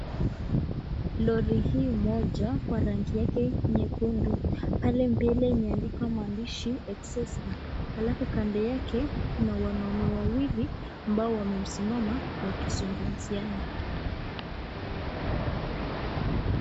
Lori hii moja kwa rangi yake nyekundu. Pale mbele imeandikwa maandishi exhauster , alafu kando yake kuna wanaume wawili ambao wamesimama wakizungumziana.